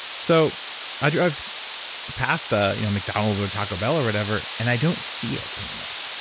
so i've i've passed a you know mcdonald's or taco bell or whatever, and i don't see it anymore.